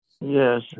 Yes